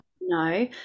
No